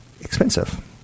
expensive